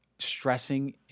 stressing